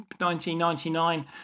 1999